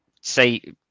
say